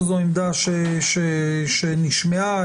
נשמעה.